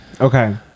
Okay